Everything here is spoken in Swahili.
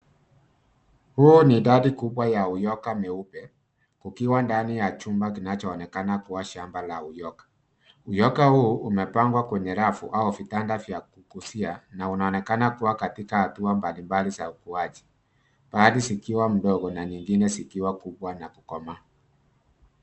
Huu ni idadi kubwa ya uyoga meupe, ukiwa ndani ya chumba kinachoonekana kuwa shamba la uyoga. Uyoga huu umepangwa kwenye rafu au vitanda vya kukusia na unaonekana kuwa katika hatua mbalimbali za ukuaji, baadhi zikiwa ndogo na nyingine zikiwa kubwa na kukomaa.